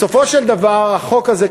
בסופו של דבר החוק הזה,